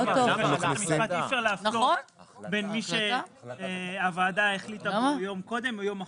אי אפשר להפלות בין מי שהוועדה החליטה בו יום קודם או יום אחר.